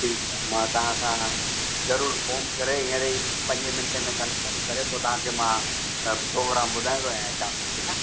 ठीकु आहे मां तव्हां सां जरुर फ़ोन करे हीअंर ई पंजे मिंटे में कंफ़र्म करे पोइ तव्हांखे मां प्रोग्राम ॿुधायां थो ऐं अचा थो ठीकु आहे